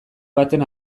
baten